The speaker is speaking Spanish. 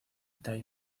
tai